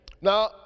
Now